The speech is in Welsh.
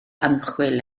ymchwil